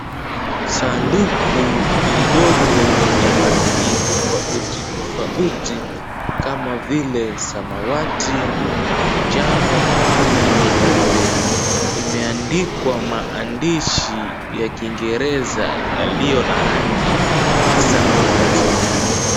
Sanduku lidogo lenye rangi tofauti tofauti, kama vile, samawati, njano na nyeupe, imeandikwa maandishi ya Kiingereza yaliyo na rangi ya samawati.